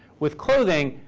with clothing,